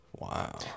Wow